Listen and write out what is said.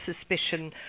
suspicion